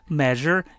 measure